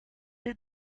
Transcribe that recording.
did